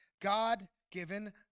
God-given